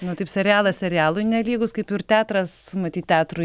na taip serialas serialui nelygus kaip ir teatras matyt teatrui